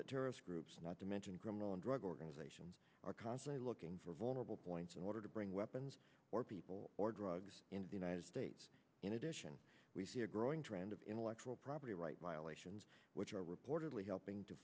that terrorist groups not to mention criminal and drug organizations are constantly looking for vulnerable points in order to bring weapons or people or drugs into the united states in addition we see a growing trend of intellectual property rights violations which are reportedly helping to